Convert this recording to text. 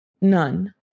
None